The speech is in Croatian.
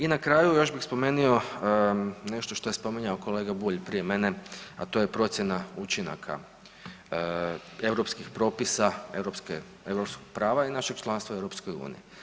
I na kraju još bih spomenuo nešto što je spominjao kolega Bulj prije mene, a to je procjena učinaka europskih propisa, europskog prava i našeg članstva u EU.